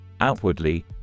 Outwardly